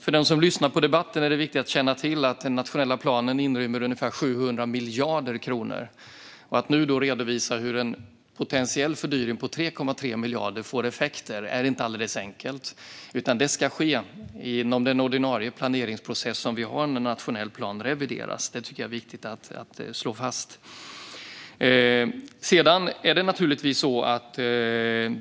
För den som lyssnar på debatten är det viktigt att känna till att den nationella planen inrymmer ungefär 700 miljarder kronor. Att nu redovisa vad en potentiell fördyring på 3,3 miljarder får för effekter är inte alldeles enkelt. De ska ske inom den ordinarie planeringsprocess som finns när nationell plan revideras. Det är viktigt att slå fast.